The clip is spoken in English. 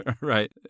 Right